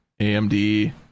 AMD